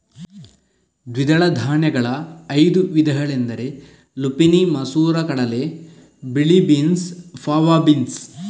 ದ್ವಿದಳ ಧಾನ್ಯಗಳ ಐದು ವಿಧಗಳೆಂದರೆ ಲುಪಿನಿ ಮಸೂರ ಕಡಲೆ, ಬಿಳಿ ಬೀನ್ಸ್, ಫಾವಾ ಬೀನ್ಸ್